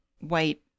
white